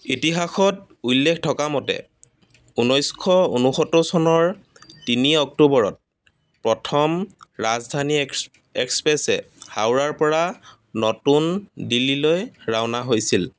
ইতিহাসত উল্লেখ থকা মতে ঊনৈছশ ঊনসত্তৰ চনৰ তিনি অক্টোবৰত প্ৰথম ৰাজধানী এক্স এক্সপ্ৰেছে হাওৰাৰ পৰা নতুন দিল্লীলৈ ৰাওনা হৈছিল